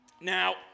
Now